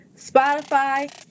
Spotify